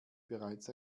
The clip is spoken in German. bereits